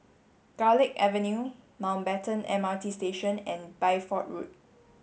Garlick Avenue Mountbatten M R T Station and Bideford Road